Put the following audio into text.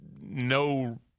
no